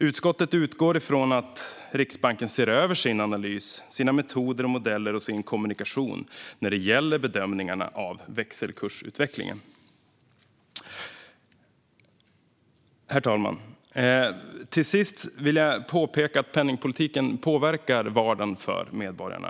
Utskottet utgår från att Riksbanken ser över sin analys, sina metoder och modeller och sin kommunikation när det gäller bedömningarna av växelkursutvecklingen. Herr talman! Till sist vill jag påpeka att penningpolitiken påverkar vardagen för medborgarna.